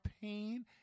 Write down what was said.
pain